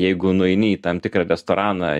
jeigu nueini į tam tikrą restoraną